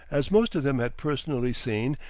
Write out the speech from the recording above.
as most of them had personally seen,